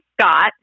Scott